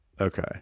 Okay